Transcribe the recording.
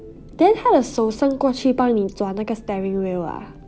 then 他的手伸过去帮你转那个 steering wheel ah